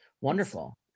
Wonderful